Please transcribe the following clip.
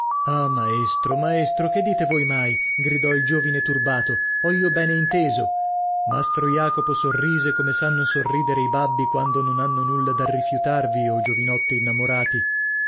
ah maestro maestro che dite voi mai gridò il giovine turbato ho io bene inteso mastro jacopo sorrise come sanno sorridere i babbi quando non hanno nulla da rifiutarvi o giovinotti innamorati